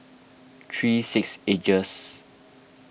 three six Ages